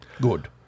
Good